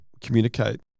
communicate